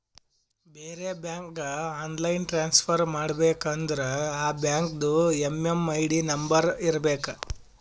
ಬೇರೆ ಬ್ಯಾಂಕ್ಗ online transfer ಮಾಡಬೇಕ ಅಂದುರ್ ಆ ಬ್ಯಾಂಕ್ದು ಎಮ್.ಎಮ್.ಐ.ಡಿ ನಂಬರ್ ಇರಬೇಕ